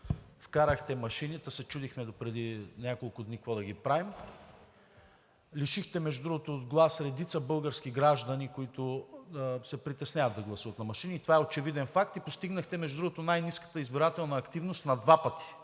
вкарахте машини, та се чудихме допреди няколко дни какво да ги правим. Лишихте, между другото, от глас редица български граждани, които се притесняват да гласуват на машини и това е очевиден факт, постигнахте най-ниската избирателна активност на два пъти